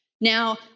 Now